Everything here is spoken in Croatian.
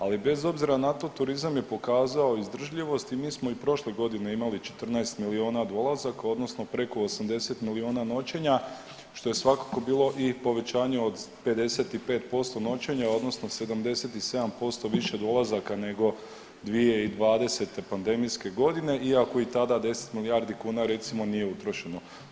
Ali bez obzira na to turizam je pokazao izdržljivost i mi smo i prošle godine imali 14 milijuna dolazaka odnosno preko 80 milijuna noćenja što je svakako bilo i povećanje od 55% noćenja odnosno 77% više dolazaka nego 2020. pandemijske godine, iako i tada 10 milijardi kuna recimo nije utrošeno.